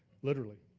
literally.